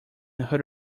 heard